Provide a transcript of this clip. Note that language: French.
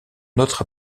notre